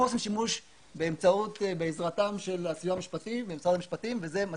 אנחנו עושים שימוש בעזרת הסיוע המשפטי במשרד המשפטים וזה מצליח.